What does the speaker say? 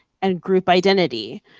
and group identity.